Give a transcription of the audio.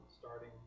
Starting